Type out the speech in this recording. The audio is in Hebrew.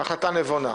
החלטה נבונה.